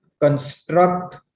construct